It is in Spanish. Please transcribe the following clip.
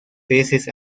peces